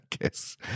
guess